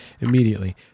immediately